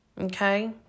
Okay